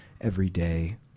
everyday